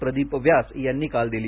प्रदीप व्यास यांनी काल दिली